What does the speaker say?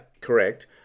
correct